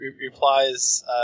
replies